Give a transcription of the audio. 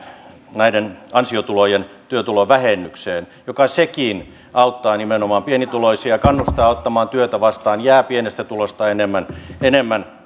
ansiotulojen työtulovähennykseen joka sekin auttaa nimenomaan pienituloisia ja kannustaa ottamaan työtä vastaan jää pienestä tulosta enemmän enemmän